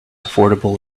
affordable